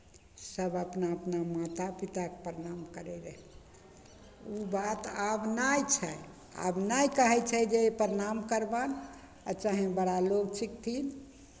सभ अपना अपना माता पिताकेँ प्रणाम करैत रहै ओ बात आब नहि छै आब नहि कहै छै जे प्रणाम करबनि आ चाहे बड़ा लोक छिकथिन